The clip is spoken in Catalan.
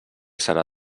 serà